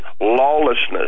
Lawlessness